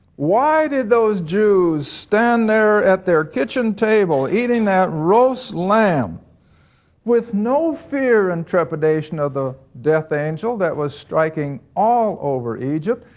why did those jews stand there at their kitchen table eating that roasted lamb with no fear and trepidation of the death angel that was striking all over egypt?